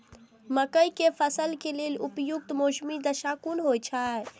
मके के फसल के लेल उपयुक्त मौसमी दशा कुन होए छै?